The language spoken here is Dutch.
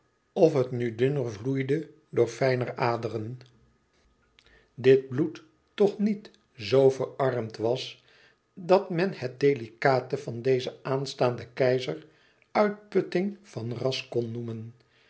of het nu dunner vloeide e ids aargang door fijner aderen dit bloed toch niet zo verarmd was dat men het delicate van dezen aanstaanden keizer uitputting van ras kon noemen